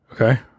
Okay